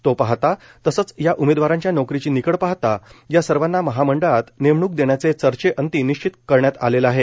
तो पाहता तसंच या उमेदवारांच्या नोकरीची निकड पाहता या सर्वांना महामंडळात नेमणूक देण्याचे चर्चेअंती निश्चित झालं आहे